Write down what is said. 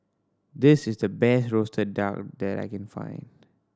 this is the best roasted duck that I can find